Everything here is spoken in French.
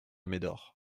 médor